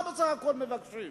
מה בסך הכול מבקשים?